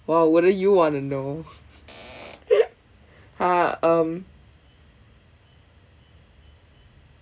!wow! wouldn't you want to know !huh! um